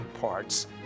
parts